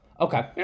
Okay